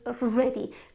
ready